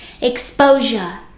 Exposure